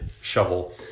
shovel